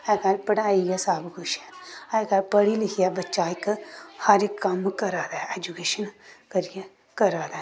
अजकल्ल पढ़ाई गै सब कुछ ऐ अजकल्ल पढ़ी लिखियै बच्चा हर इक कम्म करा दे ऐजुकेशन करियै करा दा ऐ